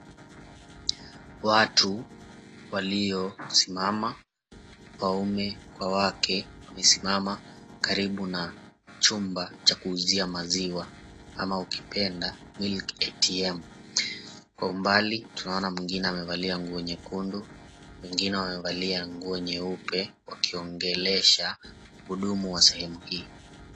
Watu waliosimama waume kwa wake wamesimama karibu na chumba cha kuuzia maziwa ama ukipenda, Milk ATM kwa umbali tunaona mwingine amevalia nguo nyekundu mwengine amevalia nguo nyeupe wakiongelesha wahudumu wa sehemu hii.